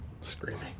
screaming